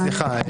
בבקשה, סליחה.